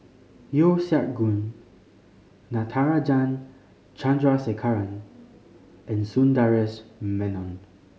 Yeo Siak Goon Natarajan Chandrasekaran and Sundaresh Menon